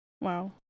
Wow